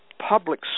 Public